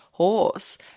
horse